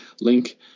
Link